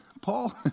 Paul